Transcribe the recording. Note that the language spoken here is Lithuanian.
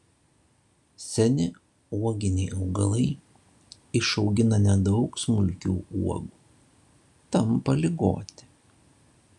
seni uoginiai augalai išaugina nedaug smulkių uogų tampa ligoti